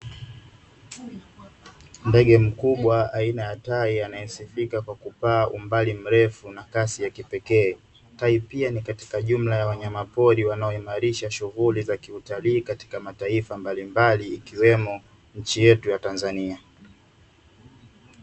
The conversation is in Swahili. Ndege mkubwa aina ya tai anayesifika kwa kupaa umbali mrefu na kasi ya kipekee. Tai pia ni katika jumla ya wanyamapori wanaoimarisha shughuli za kiutalii katika mataifa mbalimbali, ikiwemo nchi yetu ya Tanzania.